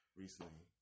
recently